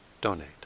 donate